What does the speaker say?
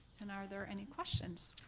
and are there any questions?